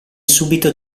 subito